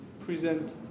present